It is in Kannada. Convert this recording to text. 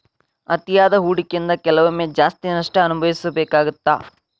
ಅತಿಯಾದ ಹೂಡಕಿಯಿಂದ ಕೆಲವೊಮ್ಮೆ ಜಾಸ್ತಿ ನಷ್ಟ ಅನಭವಿಸಬೇಕಾಗತ್ತಾ